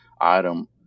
item